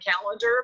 calendar